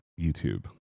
youtube